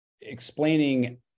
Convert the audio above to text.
explaining